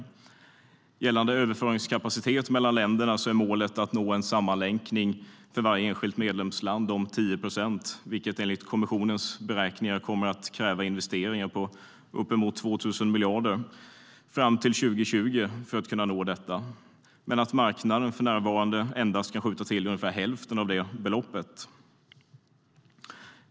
Gällande överföringskapacitet mellan länderna är målet att nå en sammanlänkning för varje enskilt medlemsland om 10 procent, vilket enligt kommissionens beräkningar kommer att kräva investeringar på uppemot 2 000 miljarder fram till 2020. Det krävs för att man ska kunna nå detta, men marknaden kan för närvarande endast skjuta till ungefär hälften av det beloppet.